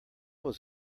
was